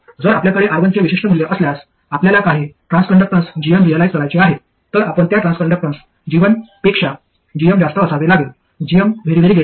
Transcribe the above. जर आपल्याकडे R1 चे विशिष्ट मूल्य असल्यास आपल्याला काही ट्रान्सकंडक्टन्स G1 रिअलाईझ करायचे आहे तर आपण त्या ट्रान्सकंडक्टन्स G1 पेक्षा gm जास्त करावे लागेल gm G1